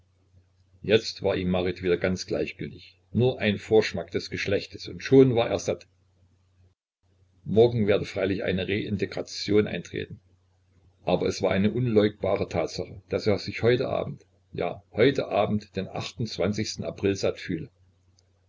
jetzt war ihm marit wieder ganz gleichgültig nur ein vorschmack des geschlechtes und schon war er satt morgen werde freilich eine reintegration eintreten aber es war eine unleugbare tatsache daß er sich heute abend ja heute abend den april satt fühle